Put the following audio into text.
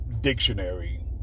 dictionary